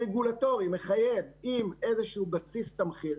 רגולטורי מחייב עם איזשהו בסיס תמחיר,